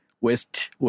West